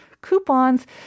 Coupons